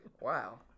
Wow